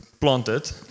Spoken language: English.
planted